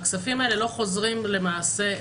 והכספים האלה לא חוזרים למעשה,